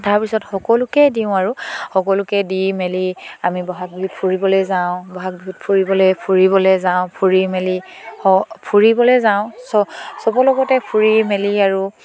তাৰপিছত সকলোকে দিওঁ আৰু সকলোকে দি মেলি আমি ব'হাগ বিহুত ফুৰিবলৈ যাওঁ ব'হাগ বিহুত ফুৰিবলৈ ফুৰিবলৈ যাওঁ ফুৰি মেলি ফুৰিবলে যাওঁ চ চবৰ লগতে ফুৰি মেলি আৰু